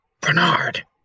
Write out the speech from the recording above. Bernard